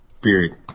period